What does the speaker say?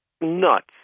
nuts